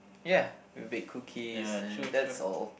ya we bake cookies and that's all